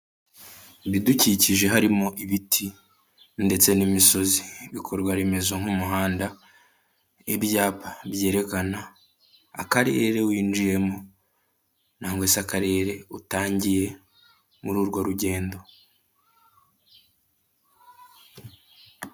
Ibidukikije harimo ibiti ndetse n'imisozi, ibikorwa remezo nk'umuhanda, ibyapa byerekana akarere winjiyemo nangwa se akarere utangiye muri urwo rugendo.